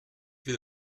will